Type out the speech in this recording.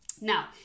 Now